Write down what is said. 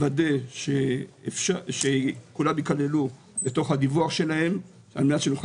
לוודא שכולם ייכללו בתוך הדיווח כדי שנוכל